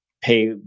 pay